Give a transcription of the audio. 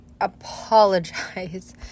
apologize